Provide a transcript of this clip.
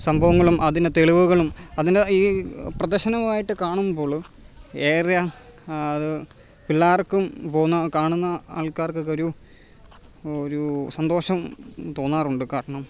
സംഭവങ്ങളും അതിന് തെളിവുകളും അതിൻ്റെ ഈ പ്രദർശനം ആയിട്ട് കാണുമ്പോൾ ഏറെ അത് പിള്ളേർക്കും പോവുന്ന കാണുന്ന ആൾക്കാർക്കൊക്കെ ഒരു ഒരു സന്തോഷം തോന്നാറുണ്ട് കാരണം